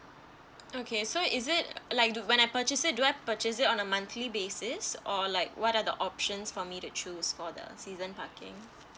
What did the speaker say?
okay so is it like do when I purchase it so do I purchase it on a monthly basis or like what are the options for me to choose for the season parking